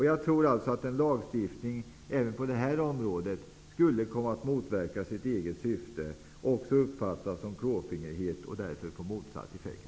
Jag tror att en lagstiftning även på det här området skulle motverka sitt eget syfte, och dessutom skulle det uppfattas som klåfingrighet.